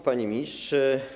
Panie Ministrze!